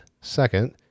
second